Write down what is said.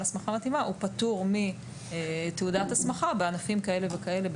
הסמכה מתאימה פטור מתעודת הסמכה בענפים כאלה וכאלה,